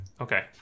Okay